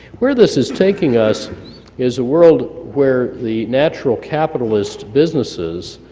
where this is taking us is a world where the natural capitalist businesses,